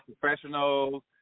professionals